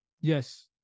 Yes